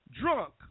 drunk